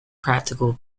practical